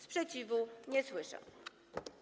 Sprzeciwu nie słyszę.